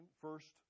first